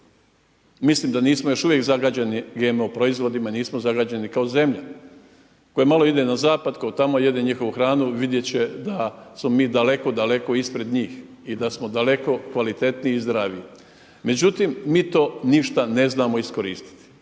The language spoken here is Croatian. Mislim da nismo još uvijek zagađeni GMO proizvodima i nismo zagađeni kao zemlja koja malo ide na zapad, tko tamo jede njihovu hranu vidjeti će da smo mi daleko, daleko ispred njih i da smo daleko kvalitetniji i zdraviji. Međutim, mi to ništa ne znamo iskoristiti.